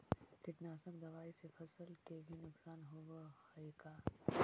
कीटनाशक दबाइ से फसल के भी नुकसान होब हई का?